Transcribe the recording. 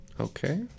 Okay